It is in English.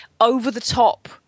over-the-top